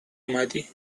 اومدی